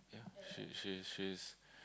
yeah she she is she is